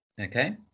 Okay